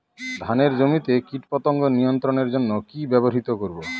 ধানের জমিতে কীটপতঙ্গ নিয়ন্ত্রণের জন্য কি ব্যবহৃত করব?